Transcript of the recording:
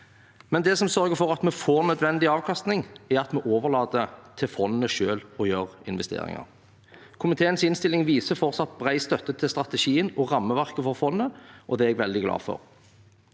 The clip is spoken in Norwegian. men det som sørger for at vi får nødvendig avkastning, er at vi overlater til fondet selv å gjøre investeringer. Komiteens innstilling viser at det fortsatt er bred støtte til strategien og rammeverket for fondet, og det er jeg veldig glad for.